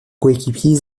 coéquipier